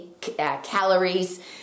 calories